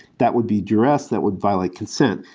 that would be duress. that would violate consent.